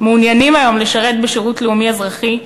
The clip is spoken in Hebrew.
מעוניינים לשרת היום בשירות לאומי אזרחי,